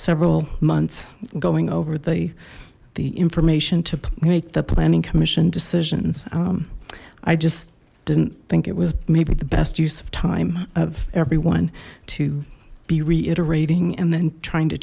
several months going over the the information to make the planning commission decisions i just didn't think it was maybe the best use of time of everyone to be reiterating and then trying to